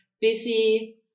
busy